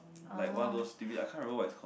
like one of those t_v I can't remember what it's called